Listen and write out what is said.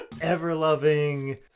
ever-loving